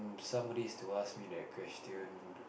somebody is to ask me that question